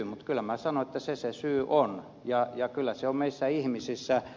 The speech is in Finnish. mutta kyllä minä sanon että se se syy on ja kyllä se on meissä ihmisissä